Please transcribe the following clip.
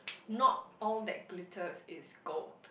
not all that glitters is gold